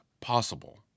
possible